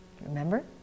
Remember